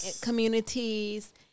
communities